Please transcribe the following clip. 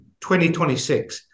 2026